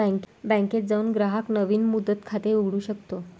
बँकेत जाऊन ग्राहक नवीन मुदत खाते उघडू शकतो